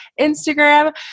Instagram